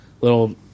little